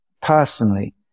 personally